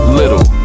little